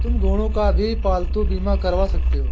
तुम घोड़ों का भी पालतू बीमा करवा सकते हो